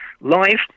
live